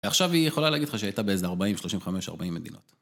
עכשיו היא יכולה להגיד לך שהייתה באיזה 40, 35, 40 מדינות.